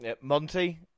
Monty